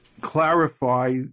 clarify